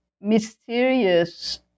Mysterious